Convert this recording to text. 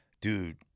dude